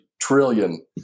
trillion